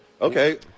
Okay